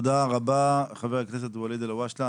תודה רבה, חבר הכנסת ואליד אלהואשלה.